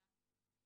ו-12(4).